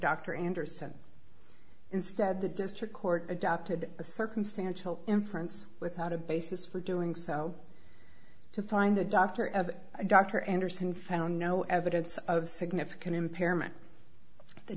dr anderson instead the district court adopted a circumstantial inference without a basis for doing so to find a doctor of a doctor anderson found no evidence of significant impairment the